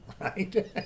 Right